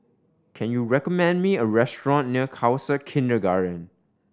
can you recommend me a restaurant near Khalsa Kindergarten